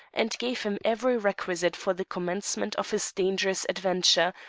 and gave him every requisite for the commencement of his dangerous adventure,